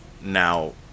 Now